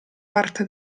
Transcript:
parte